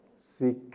Seek